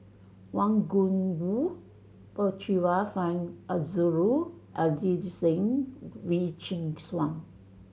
Wang Gungwu Percival Frank Aroozoo Adelene Wee Chin Suan